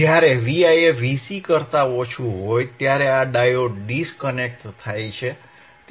જ્યારે Vi એ Vc કરતા ઓછું હોય ત્યારે આ ડાયોડ ડિસ્કનેક્ટ થાય છે